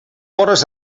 hores